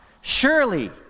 Surely